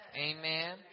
Amen